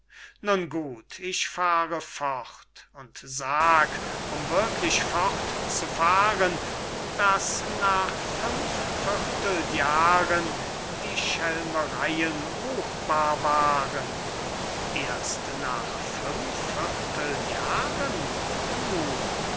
nun gut ich fahre fort und sag um wirklich fortzufahren daß nach fünf vierteljahren die schelmereien ruchbar waren erst nach fünf vierteljahren